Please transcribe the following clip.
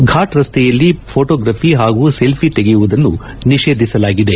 foot ರಸ್ತೆಯಲ್ಲಿ photography ಹಾಗೂ selfie ತೆಗೆಯುವುದನ್ನು ನಿಷೇಧಿಸಲಾಗಿದೆ